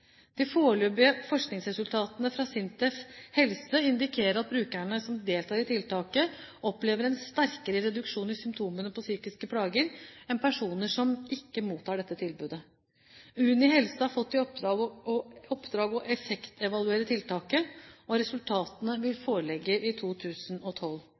De foreløpige forskningsresultatene fra SINTEF Helse indikerer at brukerne som deltar i tiltaket, opplever en sterkere reduksjon i symptomene på psykiske plager enn personer som ikke mottar dette tilbudet. Uni helse har fått i oppdrag å effektevaluere tiltaket, og resultatene